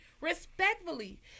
respectfully